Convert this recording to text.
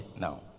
now